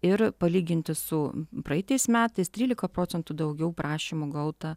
ir palyginti su praeitais metais trylika procentų daugiau prašymų gauta